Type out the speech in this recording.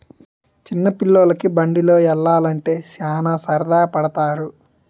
చిన్న పిల్లోలికి బండిలో యల్లాలంటే సాన సరదా పడతారు